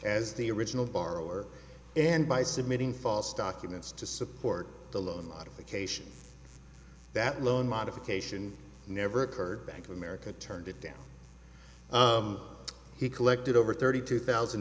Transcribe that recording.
as the original borrower and by submitting false documents to support the loan modification that loan modification never occurred bank of america turned it down he collected over thirty two thousand